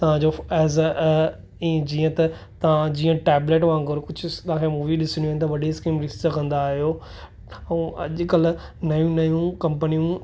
तव्हांजो एज़ आ ऐं जीअं त तव्हां जीअं टैबलेट वांगुरु कुझु तव्हांखे मूवी ॾिसिणियूं आहिनि त वॾी स्क्रीन ॾिसी सघंदा आहियो उहो अॼुकल्ह नयूं नयूं कम्पनियूं